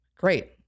Great